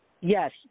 yes